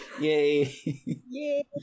yay